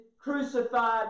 crucified